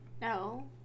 No